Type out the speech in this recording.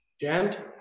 jammed